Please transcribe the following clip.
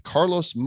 Carlos